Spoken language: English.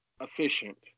efficient